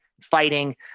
fighting